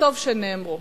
וטוב שנאמרו.